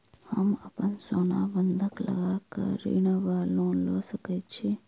हम अप्पन सोना बंधक लगा कऽ ऋण वा लोन लऽ सकै छी?